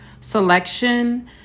selection